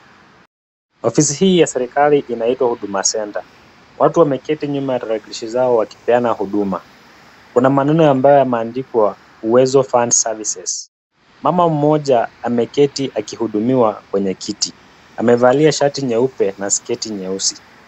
Ofisi hii ya serikali inaitwa Huduma Center. Watu wameketi nyuma ya tarakilishi zao wakipeana huduma. Kuna maneno ambayo yameandikwa Uwezo Fund Services . Mama mmoja ameketi akihudumiwa kwenye kiti. Amevalia shati nyeupe na sketi nyeusi.